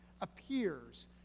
appears